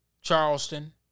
Charleston